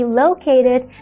located